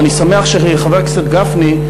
אני שמח שחבר הכנסת גפני,